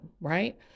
Right